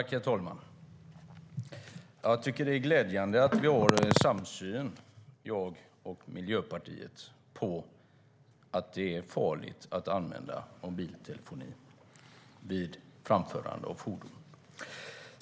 Herr talman! Det är glädjande att Miljöpartiet och jag har en samsyn om att det är farligt att använda mobiltelefoni vid framförande av fordon.